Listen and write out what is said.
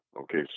okay